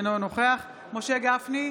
אינו נוכח משה גפני,